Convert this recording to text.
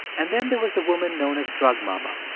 and then, there was the woman known as drug mama.